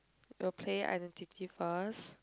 we will play identity first